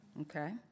Okay